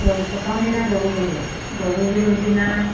গৰু প্ৰথম দিনা গৰু বিহু গৰু বিহুৰ দিনা